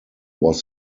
was